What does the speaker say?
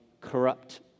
corrupt